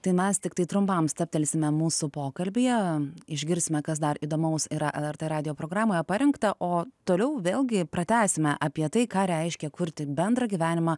tai mes tiktai trumpam stabtelsime mūsų pokalbyje išgirsime kas dar įdomaus yra lrt radijo programoje parengta o toliau vėlgi pratęsime apie tai ką reiškia kurti bendrą gyvenimą